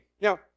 Now